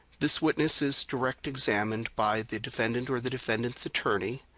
this witness is direct examined by the defendant or the defendants attorney,